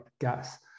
gas